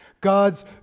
God's